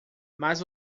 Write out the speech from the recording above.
mas